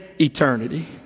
eternity